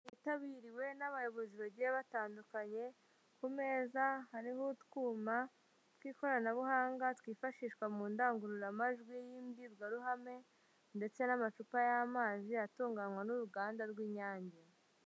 Inama yibitabiriwe n'abayobozi bagiye batandukanye, ku meza hariho utwuma tw'ikoranabuhanga twifashishwa mu ndangururamajwi y'ibwirwaruhame ndetse n'amacupa y'amazi atunganywa n'uruganda rw'Inyange.